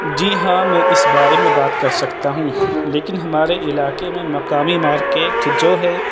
جی ہاں میں اس بارے میں بات کر سکتا ہوں لیکن ہمارے علاقے میں مقامی مارکیٹ جو ہے